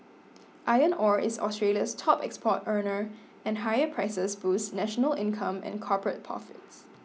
iron ore is Australia's top export earner and higher prices boosts national income and corporate profits